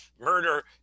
murder